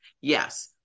yes